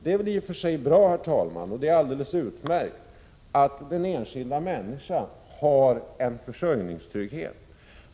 Det är i och för sig alldeles utmärkt, herr talman, att den enskilda människan har en försörjningstrygghet.